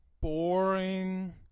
boring